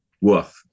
worth